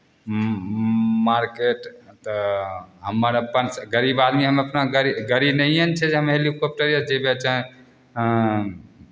market तऽ हमर अपन गरीब आदमी हम अपना गाड़ी गाड़ी नहिए ने छै जे हम हेलीकॉप्टरेसँ जयबै चाहे हँ